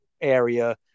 area